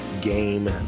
game